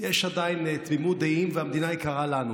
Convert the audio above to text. שיש עדיין תמימות דעים והמדינה יקרה לנו,